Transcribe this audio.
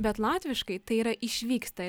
bet latviškai tai yra išvyksta